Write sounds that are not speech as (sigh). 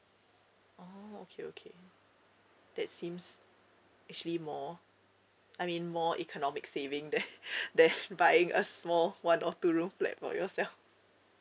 oh okay okay that seems actually more I mean more economic saving then then (laughs) buying a small one or two room flat for yourself